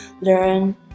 learn